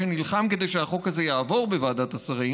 שנלחם כדי שהחוק הזה יעבור בוועדת השרים,